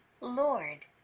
Lord